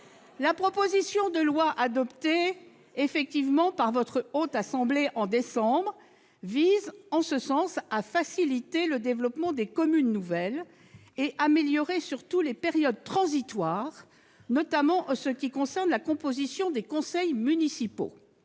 La proposition de loi, adoptée par la Haute Assemblée en décembre dernier, vise en ce sens à faciliter le développement des communes nouvelles et à améliorer, surtout, les périodes transitoires, notamment pour ce qui concerne la composition des conseils municipaux,